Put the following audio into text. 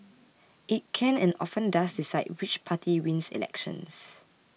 it can and often does decide which party wins elections